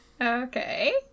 Okay